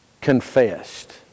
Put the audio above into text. confessed